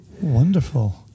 Wonderful